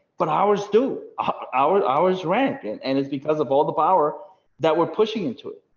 but ours do ours ours rank, and and it's because of all the power that we're pushing into it.